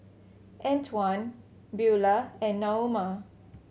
Antwan Beulah and Naoma